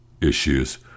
issues